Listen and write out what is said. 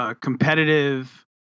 competitive